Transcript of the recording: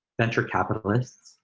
venture capitalists,